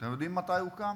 אתם יודעים מתי הוקם?